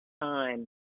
time